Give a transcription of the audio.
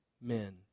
men